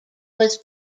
was